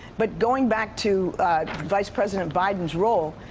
but going back to vice president biden's role,